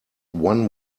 one